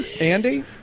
Andy